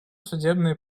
судебные